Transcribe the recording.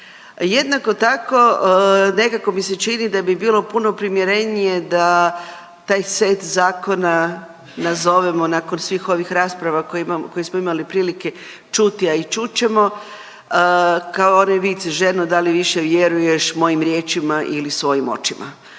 Jednako tako nekako mi se čini da bi bilo puno primjerenije da taj set zakona nazovemo nakon svih ovih rasprava koje smo imali prilike čuti, a i čut ćemo kao onaj vic ženo da li više vjeruješ mojim riječima ili svojim očima.